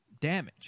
damage